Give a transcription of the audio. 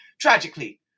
Tragically